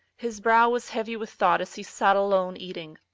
his brow was heavy with thought as he sat alone eating.